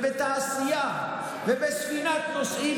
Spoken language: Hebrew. בתעשייה ובספינת נוסעים,